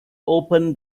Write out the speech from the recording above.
open